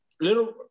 little